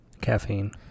caffeine